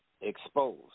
exposed